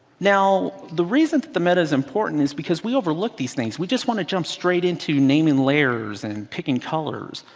now the reason the meta is important, is because we overlook these things. we just want to jump straight into naming layers and picking colors,